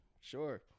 sure